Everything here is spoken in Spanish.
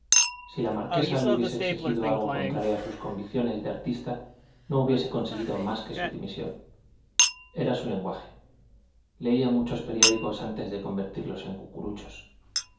si la marquesa le hubiera exigido algo contrario a sus convicciones de artista no hubiese conseguido más que su dimisión era su lenguaje leía muchos periódicos antes de convertirlos en cucuruchos